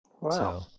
wow